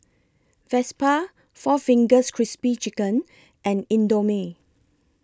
Vespa four Fingers Crispy Chicken and Indomie